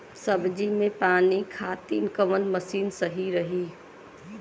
सब्जी में पानी खातिन कवन मशीन सही रही?